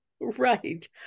Right